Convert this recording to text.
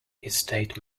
estate